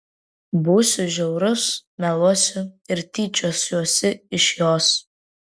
būsiu žiaurus meluosiu ir tyčiosiuosi iš jos